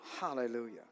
Hallelujah